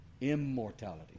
Immortality